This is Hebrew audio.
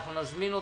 אנחנו נזמין אותם,